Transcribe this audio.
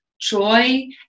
joy